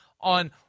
on